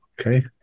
Okay